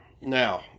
Now